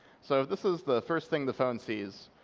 so this is the first thing the phone sees.